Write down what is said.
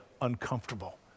uncomfortable